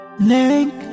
Link